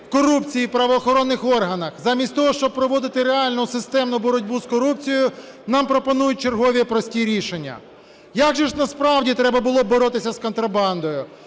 корупції в правоохоронних органах. Замість того, щоб проводити реальну, системну боротьбу з корупцією, нам пропонують чергові прості рішення. Як же ж насправді треба було боротися з контрабандою?